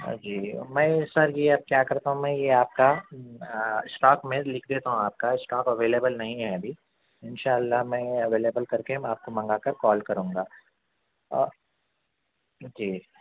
جی میں سر یہ اب کیا کرتا ہوں میں یہ آپ کا اسٹاک میں لکھ دیتا ہوں آپ کا اسٹاک اویلیبل نہیں ہے ابھی ان شاء اللہ میں اویلیبل کرکے میں آپ کو منگا کر کال کروں گا جی